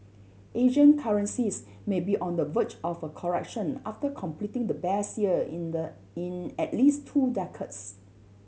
Asian currencies may be on the verge of a correction after completing the best year in the in at least two decades